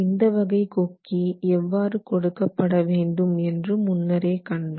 இந்த வகை கொக்கி எவ்வாறு கொடுக்க பட வேண்டும் என்று முன்னரே கண்டோம்